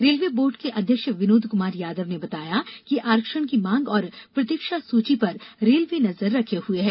railway board ँके अध्यक्ष विनोद कमार यादव ने बताया कि आरक्षण की मांग और प्रतीक्षा सूची पर रेलवे नजर रखे हुए है